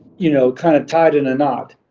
you know, kind of tied in a knot.